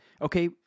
Okay